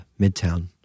midtown